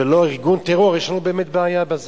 ולא ארגון טרור, יש לנו באמת בעיה עם זה.